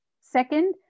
Second